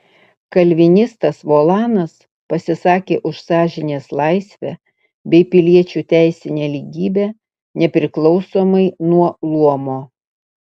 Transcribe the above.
kalvinistas volanas pasisakė už sąžinės laisvę bei piliečių teisinę lygybę nepriklausomai nuo luomo